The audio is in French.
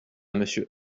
monsieur